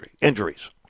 injuries